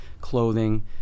clothing